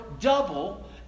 double